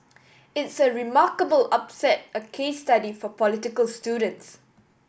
it's a remarkable upset a case study for political students